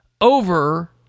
over